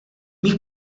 mých